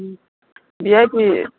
um V I P